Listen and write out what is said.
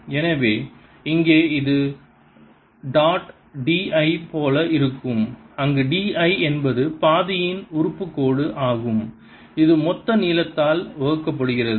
எனவே இங்கே இது டாட் dl போல இருக்கும் அங்கு d l என்பது பாதையின் உறுப்பு கோடு ஆகும் இது மொத்த நீளத்தால் வகுக்கப்படுகிறது